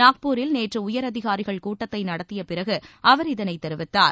நாக்பூரில் நேற்று உயர் அதிகாரிகள் கூட்டத்தை நடத்திய பிறகு அவர் இதனைத் தெரிவித்தார்